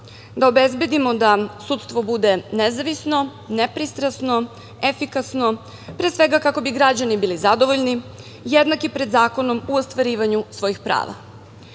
da obezbedimo da sudstvo bude nezavisno, nepristrasno, efikasno pre svega kako bi građani bili zadovoljni, jednaki pred zakonom u ostvarivanju svojih prava.S